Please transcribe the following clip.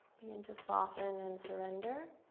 begin to soften and surrender.